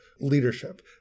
leadership